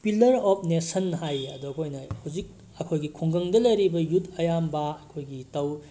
pillar of nation ꯍꯥꯏ ꯑꯗꯣ ꯑꯩꯈꯣꯏꯅ ꯍꯧꯖꯤꯛ ꯑꯩꯈꯣꯏꯒꯤ ꯈꯨꯡꯒꯪꯗ ꯂꯩꯔꯤꯕ ꯌꯨꯠ ꯑꯌꯥꯝꯕ ꯑꯩꯈꯣꯏꯒꯤ